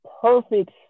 perfect